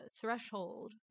threshold